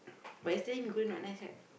but yesterday going not nice right